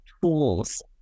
tools